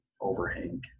overhang